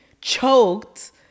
choked